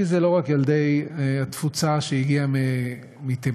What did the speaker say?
כי זה לא רק ילדי התפוצה שהגיעה מתימן.